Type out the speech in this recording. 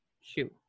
shoe